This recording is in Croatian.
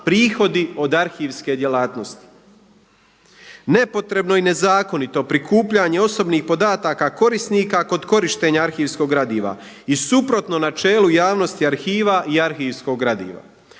prihodi od arhivske djelatnosti. Nepotrebno i nezakonito prikupljanje osobnih podataka korisnika kod korištenja arhivskog gradiva i suprotno načelu javnosti arhiva i arhivskog gradiva.